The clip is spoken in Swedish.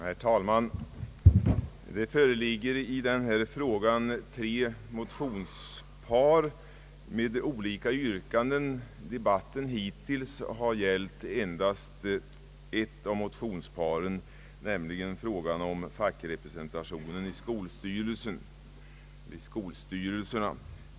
Herr talman! Det föreligger i denna fråga tre motionspar med olika yrkanden. Debatten hittills har gällt endast ett av motionsparen, nämligen det i fråga om fackrepresentationen i skolstyrelserna.